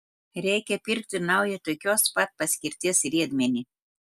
reikia pirkti naują tokios pat paskirties riedmenį